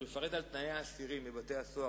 שמפרט את תנאי האסירים בבתי-הסוהר.